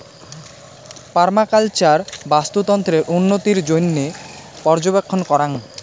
permaculture বাস্তুতন্ত্রের উন্নতির জইন্যে পর্যবেক্ষণ করাং